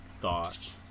thought